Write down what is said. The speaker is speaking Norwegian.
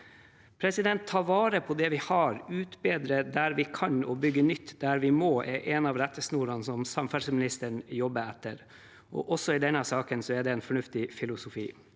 elementer. Å ta vare på det vi har, utbedre der vi kan, og bygge nytt der vi må, er en av rettesnorene samferdselsministeren jobber etter. Også i denne saken er det en fornuftig filosofi.